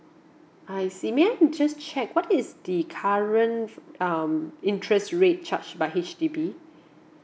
I see may I just check what is the current um interest rate charge by H_D_B